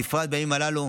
בפרט בימים הללו,